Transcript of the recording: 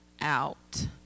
out